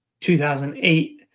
2008